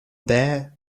there